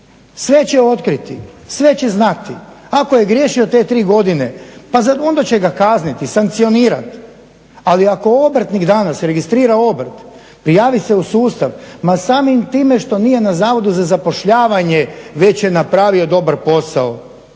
sve će otkriti, sve će znati. Ako je griješio te tri godine pa onda će ga kazniti i sankcionirati. Ali ako obrtnik danas registrira obrt, prijavi se u sustav ma samim time što nije na Zavodu za zapošljavanje već je napravio dobar posao